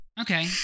Okay